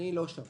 אני לא שם.